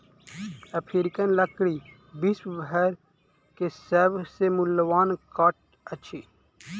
African लकड़ी विश्व के सभ से मूल्यवान काठ अछि